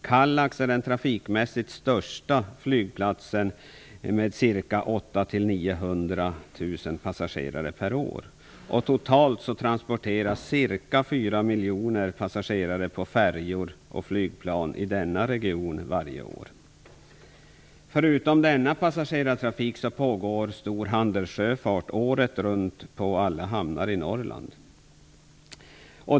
Kallax är den trafikmässigt största flygplatsen med 800 000-900 000 passagerare per år. Totalt transporteras ca 4 miljoner passagerare på färjor och flygplan i denna region varje år. Förutom denna passagerartrafik pågår stor handelssjöfart året runt på alla hamnar i Norrland.